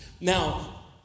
Now